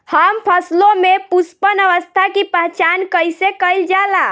हम फसलों में पुष्पन अवस्था की पहचान कईसे कईल जाला?